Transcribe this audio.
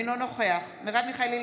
אינו נוכח מרב מיכאלי,